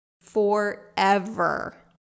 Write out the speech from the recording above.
forever